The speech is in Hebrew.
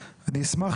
אשמח,